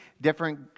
different